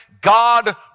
God